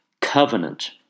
covenant